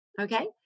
Okay